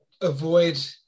avoid